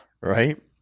Right